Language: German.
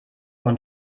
und